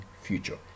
future